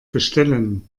bestellen